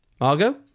Margot